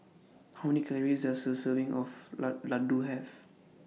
How Many Calories Does A Serving of Ladoo Have